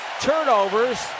turnovers